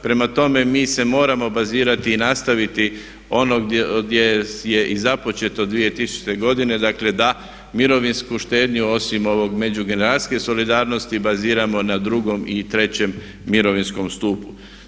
Prema tome, mi se moramo bazirati i nastaviti ono gdje je i započeto 2000.godine, dakle da mirovinsku štednju osim ovog međugeneracijske solidarnosti baziramo na drugom i trećem mirovinskom stupu.